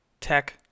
tech